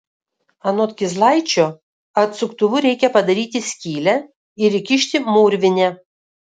anot kizlaičio atsuktuvu reikia padaryti skylę ir įkišti mūrvinę